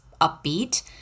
upbeat